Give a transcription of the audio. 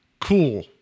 Cool